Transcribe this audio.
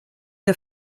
der